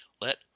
Let